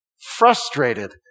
frustrated